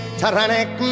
tyrannic